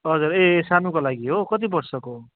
हजुर ए सानोको लागि हो कति वर्षको हो